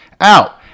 out